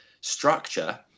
structure